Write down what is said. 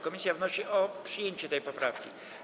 Komisja wnosi o przyjęcie tej poprawki.